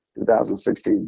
2016